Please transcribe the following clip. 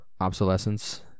Obsolescence